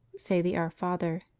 say the our father.